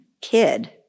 kid